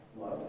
love